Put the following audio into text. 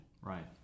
right